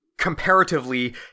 Comparatively